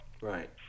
Right